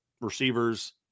receivers